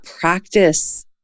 practice